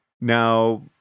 now